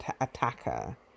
attacker